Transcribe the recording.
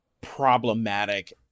problematic